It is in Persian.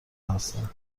هستند